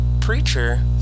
preacher